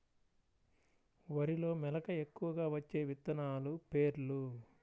వరిలో మెలక ఎక్కువగా వచ్చే విత్తనాలు పేర్లు?